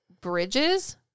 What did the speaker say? bridges